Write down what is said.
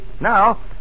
Now